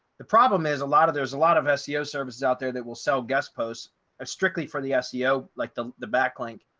the problem is a lot of there's a lot of seo services out there that will sell guest posts strictly for the seo like the the backlink.